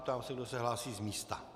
Ptám se, kdo se hlásí z místa.